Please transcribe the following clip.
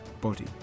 body